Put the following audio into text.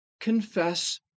confess